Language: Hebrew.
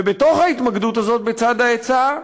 ובתוך ההתמקדות הזאת בצד ההיצע,